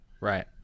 right